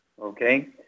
Okay